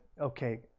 okay